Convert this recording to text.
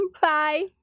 Bye